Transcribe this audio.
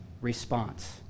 response